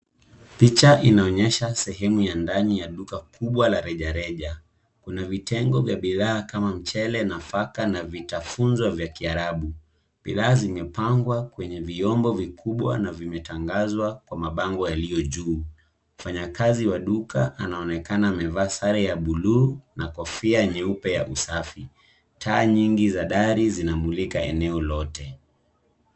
Picha inaonyesha sehemu ya ndani ya duka kubwa la reja reja. Kuna vitengo vya bidhaa kama mchele, nafaka na vitafunzo vya kiarabu. Bidhaa zimepangwa kwenye vyombo vikubwa na vimetangazwa kwa mabango yaliyo juu. Mfanya kazi wa duka anaonekana amevaa sare ya buluu na kofia nyeupe ya usafi. Taa nyingi za dari zinamulika eneo lote.